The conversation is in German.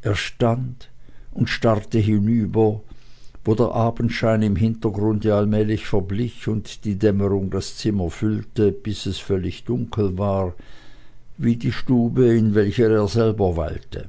er stand und starrte hinüber wo der abendschein im hintergrunde allmählich verblich und die dämmerung das zimmer füllte bis es völlig dunkel war wie die stube in welcher er selber weilte